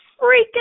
freaking